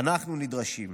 אנחנו נדרשים,